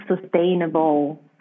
sustainable